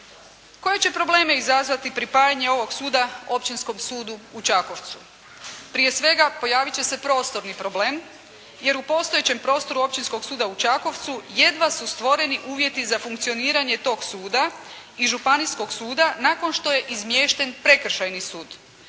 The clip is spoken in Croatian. Koje će probleme izazvati pripajanje ovog suda Općinskom sudu u Čakovcu? Prije svega pojaviti će se prostorni problem jer u prostoru Općinskog suda u Čakovcu jedva su stvoreni uvjeti za funkcioniranje tog suda i županijskog suda nakon što je izmješten prekršajni sud.